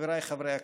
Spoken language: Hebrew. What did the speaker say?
חבריי חברי הכנסת.